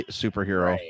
superhero